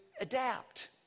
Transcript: adapt